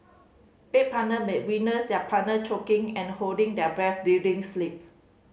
bed partner may witness their partner choking and holding their breath during sleep